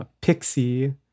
Pixie